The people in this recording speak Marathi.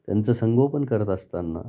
त्यांचं संगोपन करत असताना